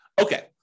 okay